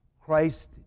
Christ